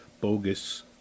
bogus